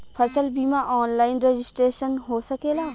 फसल बिमा online registration हो सकेला?